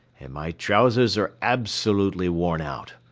and my trousers are absolutely worn out.